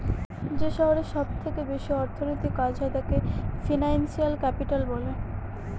যে শহরে সব থেকে বেশি অর্থনৈতিক কাজ হয় তাকে ফিনান্সিয়াল ক্যাপিটাল বলে